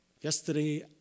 Yesterday